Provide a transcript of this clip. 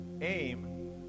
aim